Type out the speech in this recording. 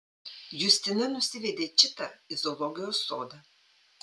justina nusivedė čitą į zoologijos sodą